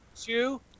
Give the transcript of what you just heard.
Two